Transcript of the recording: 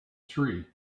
tree